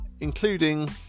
including